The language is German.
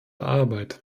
arbeit